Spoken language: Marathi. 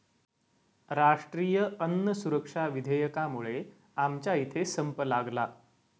राष्ट्रीय अन्न सुरक्षा विधेयकामुळे आमच्या इथे संप लागला